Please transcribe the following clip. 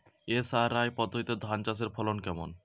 SRI পদ্ধতিতে ধান চাষের ফলন কেমন?